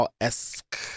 esque